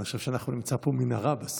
אני חושב שאנחנו נמצא פה מנהרה בסוף,